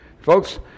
Folks